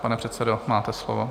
Pane předsedo, máte slovo.